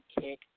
kick